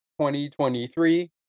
2023